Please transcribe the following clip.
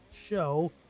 show